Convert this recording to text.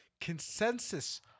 consensus